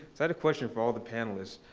i had a question for all the panelists.